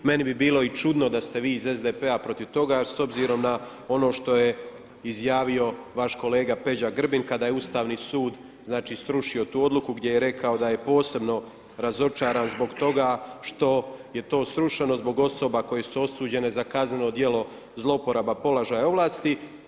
Meni bi bilo i čudno da ste vi iz SDP-a protiv toga s obzirom na ono što je izjavio vaš kolega Peđa Grbin kada je Ustavni sud znači srušio tu odluku gdje je rekao da je posebno razočaran zbog toga što je to srušeno zbog osoba koje su osuđene za kazneno djelo zlouporaba položaja i ovlasti.